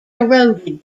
eroded